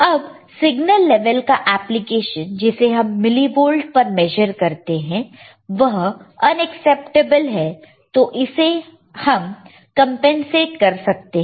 अब signal level का application जिसे हम मिलीवोल्ट पर मेजर करते हैं वह अनअक्सेप्टेबल है तो इसे हम कंपेनसेट कर सकते हैं